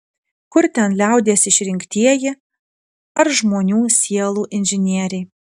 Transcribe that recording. kur ten liaudies išrinktieji ar žmonių sielų inžinieriai